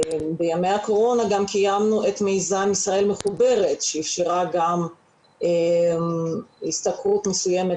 בימי הקורונה קיימנו את מיזם ישראל מחוברת שאפשרה גם השתכרות מסוימת